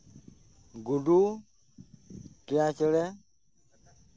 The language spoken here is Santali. ᱜᱩᱰᱩ ᱴᱤᱭᱟ ᱪᱮᱬᱮ